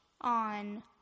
on